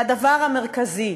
והדבר המרכזי